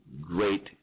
great